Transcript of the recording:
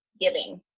giving